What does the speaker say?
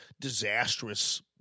disastrous